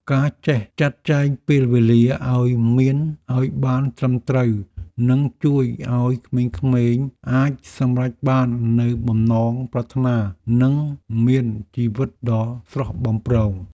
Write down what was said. ការចេះចាត់ចែងពេលវេលាឱ្យបានត្រឹមត្រូវនឹងជួយឱ្យក្មេងៗអាចសម្រេចបាននូវបំណងប្រាថ្នានិងមានជីវិតដ៏ស្រស់បំព្រង។